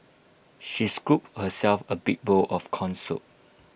she scooped herself A big bowl of Corn Soup